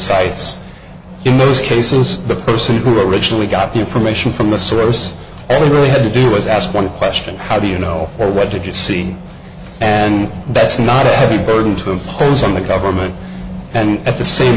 cites in those cases the person who originally got the information from the source and really had to do was ask one question how do you know what did you see and that's not a heavy burden to impose on the government and at the same